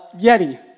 Yeti